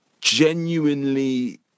genuinely